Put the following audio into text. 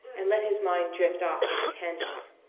and let his mind drift off at a tangent.